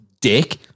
dick